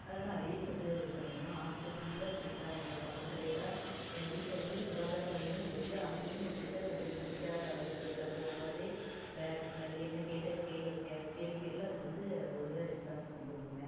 அதனால அதையே கொஞ்சம் இது பண்ணணும் ஹாஸ்பிடலில் அப்படிதான் இங்கே பக்கத்தில் எல்லாம் எங்கள் வீட்டு பக்கத்திலயே சுகாதாரமையம்னு இருக்கு அங்கேயும் அப்படி தான் கொஞ்சம் நீட்டாக இருக்கிறதில்ல போனாலே பேட் ஸ்மெல் என்ன கேட்ட கேள்வி கேட்டாலும் அதுக்கு வந்து ஒழுங்காக ரெஸ்பான்ஸ் பண்ணுறது இல்லை